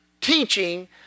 teaching